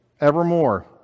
evermore